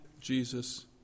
Jesus